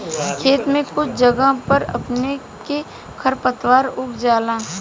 खेत में कुछ जगह पर अपने से खर पातवार उग जाला